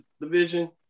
division